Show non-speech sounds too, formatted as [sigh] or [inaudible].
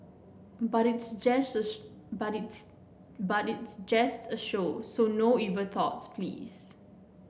but it's just [unintelligible] but it's but it's just a show so no evil thoughts please